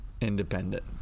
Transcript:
Independent